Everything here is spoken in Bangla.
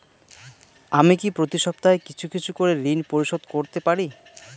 আমি কি প্রতি সপ্তাহে কিছু কিছু করে ঋন পরিশোধ করতে পারি?